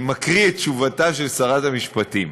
אני מקריא את תשובתה של שרת המשפטים.